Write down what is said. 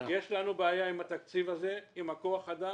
יש לנו בעיה עם התקציב הזה, עם כוח האדם,